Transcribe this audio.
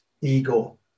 ego